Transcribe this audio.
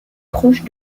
proche